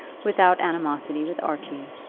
without animosity with archie,